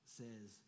says